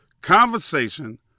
conversation